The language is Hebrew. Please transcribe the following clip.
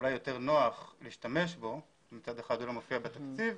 אולי יותר נוח להשתמש בו כי מצד אחד הוא לא מופיע בתקציב,